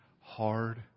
hard